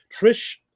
Trish